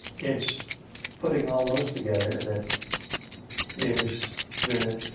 it's putting all those together that is the